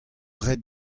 ret